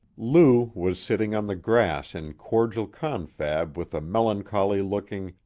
lou was sitting on the grass in cordial confab with a melancholy-looking,